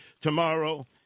tomorrow